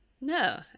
no